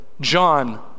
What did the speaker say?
John